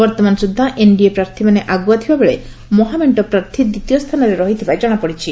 ବର୍ଉମାନ ସୁଛ୍ବା ଏନ୍ଡିଏ ପ୍ରାର୍ଥୀମାନେ ଆଗୁଆ ଥିବାବେଳେ ମହାମେଙ୍କ ପ୍ରାର୍ଥୀ ଦ୍ୱିତୀୟ ସ୍ଥାନରେ ଥିବା ଜଶାପଡିଛି